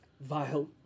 vile